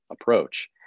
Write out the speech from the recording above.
approach